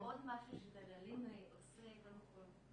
על מועצת תלמידים ונוער ומד"צים.